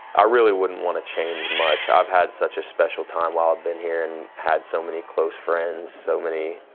i really wouldn't want to change much. i've had such a special time while i've been here, and had so many close friends, so many